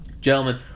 gentlemen